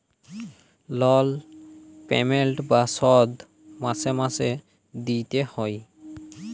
লল পেমেল্ট বা শধ মাসে মাসে দিইতে হ্যয়